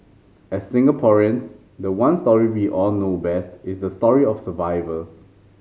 as Singaporeans the one story we all know best is the story of survival